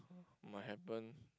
might happen